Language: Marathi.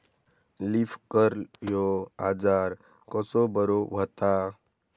लीफ कर्ल ह्यो आजार कसो बरो व्हता?